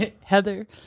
heather